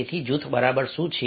તેથી જૂથ બરાબર શું છે